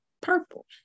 purple